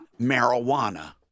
marijuana